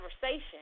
conversation